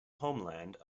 homeland